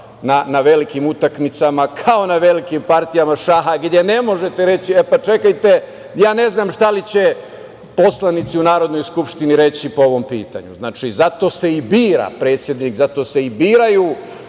na velikim utakmicama, kao na velikim partijama šaha, gde ne možete reći – čekajte, ne znam šta će poslanici u Narodnoj skupštini reći po ovom pitanju. Znači, zato se i bira predsednik, zato se i biraju